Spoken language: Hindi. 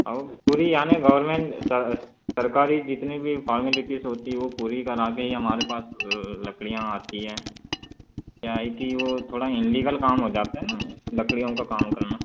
और पूरी यानी गवर्नमेंट सरकारी जितनी भी फॉर्मेलिटीज़ होती हैं वो पूरी कराकर ही हमारे पास लकड़ियाँ आती हैं नहीं तो वो थोड़ा इललीगल काम हो जाता है ना लकड़ियों का काम करना